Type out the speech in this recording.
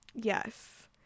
Yes